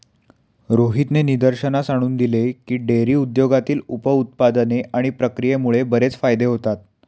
रोहितने निदर्शनास आणून दिले की, डेअरी उद्योगातील उप उत्पादने आणि प्रक्रियेमुळे बरेच फायदे होतात